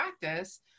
practice